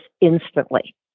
instantly